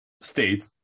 state